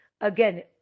again